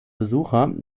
besucher